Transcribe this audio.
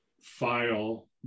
file